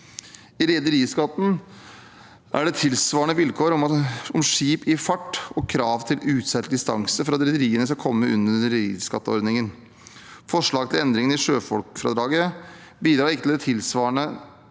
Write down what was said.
I rederiskatten er det tilsvarende vilkår om skip i fart og krav til utseilt distanse for at rederiene skal komme inn under rederiskatteordningen. Forslaget til endring i sjøfolkfradraget bidrar ikke til tilsvarende